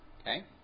Okay